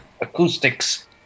acoustics